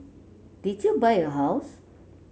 did you buy a house